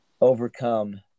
overcome